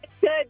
Good